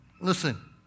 listen